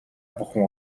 бүхэн